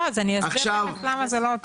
לא, אז אני אסביר תיכף למה זה לא.